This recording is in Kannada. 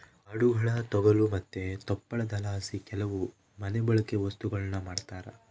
ಆಡುಗುಳ ತೊಗಲು ಮತ್ತೆ ತುಪ್ಪಳದಲಾಸಿ ಕೆಲವು ಮನೆಬಳ್ಕೆ ವಸ್ತುಗುಳ್ನ ಮಾಡ್ತರ